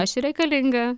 aš ir reikalinga